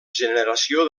generació